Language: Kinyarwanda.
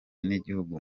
n’igihugu